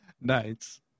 Nice